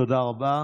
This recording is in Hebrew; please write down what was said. תודה רבה.